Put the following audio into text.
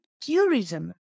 tourism